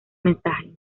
mensaje